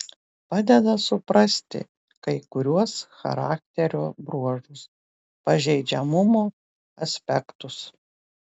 padeda suprasti kai kuriuos charakterio bruožus pažeidžiamumo aspektus